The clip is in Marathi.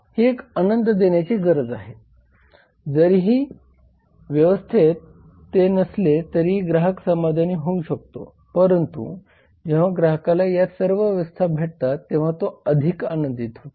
ही एक आनंद देणारी गरज आहे जरीही ही व्यवस्था तेथे नसेल तरीही ग्राहक समाधानी होऊ शकतो परंतु जेव्हा ग्राहकाला या सर्व व्यवस्था भेटतात तेंव्हा तो अधिक आनंदित होतो